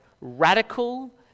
radical